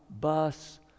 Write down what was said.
bus